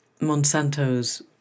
Monsanto's